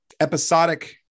episodic